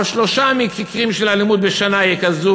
על שלושה מקרים של אלימות בשנה יקזזו